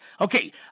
Okay